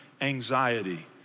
Anxiety